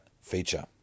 feature